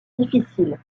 difficiles